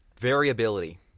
variability